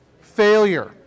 failure